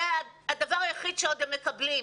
זה הדבר היחיד שהם עוד מקבלים.